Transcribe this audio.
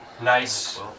Nice